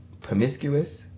promiscuous